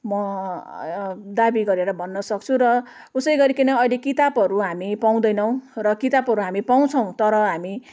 म दाबी गरेर भन्न सक्छु र उसै गरिकन अहिले किताबहरू हामी पाउँदैनौँ र किताबहरू हामी पाउँछौँ तर हामी